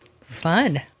Fun